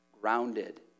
grounded